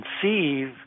conceive